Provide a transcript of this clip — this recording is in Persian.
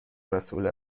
مسئول